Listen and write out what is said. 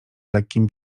lekkim